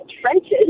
trenches